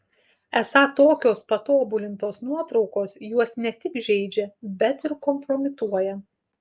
esą tokios patobulintos nuotraukos juos ne tik žeidžia bet ir kompromituoja